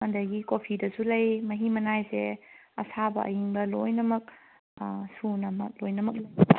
ꯑꯗꯒꯤ ꯀꯣꯐꯤꯗꯁꯨ ꯂꯩ ꯃꯍꯤ ꯃꯅꯥꯏꯁꯦ ꯑꯁꯥꯕ ꯑꯌꯤꯡꯕ ꯂꯣꯏꯅꯃꯛ ꯁꯨꯅꯃꯛ ꯂꯣꯏꯅꯃꯛ